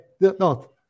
no